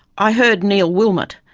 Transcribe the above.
i heard neil wilmett,